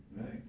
right